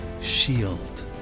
shield